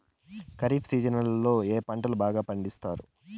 ఖరీఫ్ సీజన్లలో ఏ పంటలు బాగా పండిస్తారు